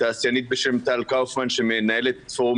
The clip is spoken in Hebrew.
תעשיינית בשם טל קאופמן שמנהלת אצלנו פורום